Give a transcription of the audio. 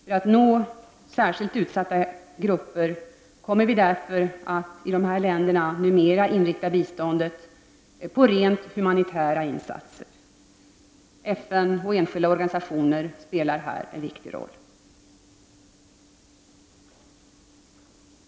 För att nå särskilt utsatta grupper kommer vi därför att inrikta mer av biståndet till dessa länder på rent humanitära insatser. FN och enskilda organisationer spelar här en viktig roll.